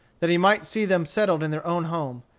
that he might see them settled in their own home,